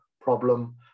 problem